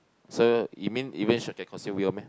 so you mean even shark can consume whale meh